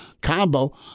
combo